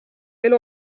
veel